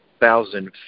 thousand